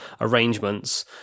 arrangements